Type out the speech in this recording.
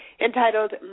entitled